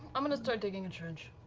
i'm going to start digging a trench.